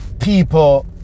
people